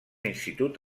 institut